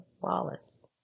Wallace